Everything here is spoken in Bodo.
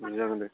जागोन दे